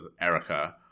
Erica